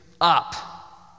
up